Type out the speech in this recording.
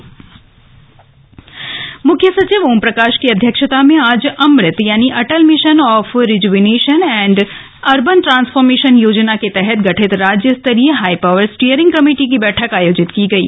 अमृत योजना कमेटी बैठक मुख्य सचिव ओम प्रकाश की अध्यक्षता में आज अमृत यानि Atal mission of rejuvenation and urban transformation योजना के तहत गठित राज्य स्तरीय हाईपावर स्टीयरिंग कमेटी की बैठक आयोजित की गयी